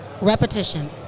Repetition